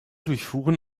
durchfuhren